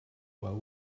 while